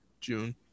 June